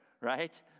right